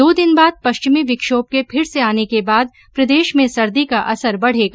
दो दिन बाद पश्चिमी विक्षोम के फिर से आने के बाद प्रदेश में सर्दी का असर बढेगा